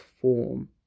form